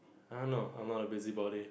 I don't know I'm not a busy body